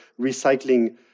recycling